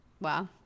Wow